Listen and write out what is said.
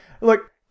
Look